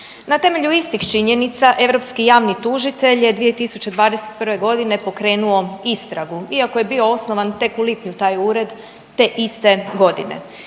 Na temelju istih činjenica europski javni tužitelj je 2021.g. pokrenuo istragu iako je bio osnovan tek u lipnju taj ured te iste godine.